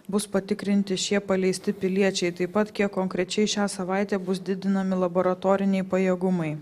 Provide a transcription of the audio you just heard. bus patikrinti šie paleisti piliečiai taip pat kiek konkrečiai šią savaitę bus didinami laboratoriniai pajėgumai